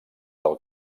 del